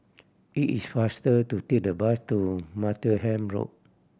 it is faster to take the bus to Martlesham Road